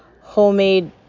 homemade